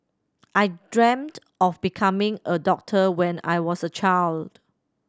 I dreamt of becoming a doctor when I was a child